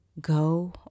Go